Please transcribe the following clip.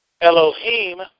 Elohim